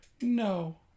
No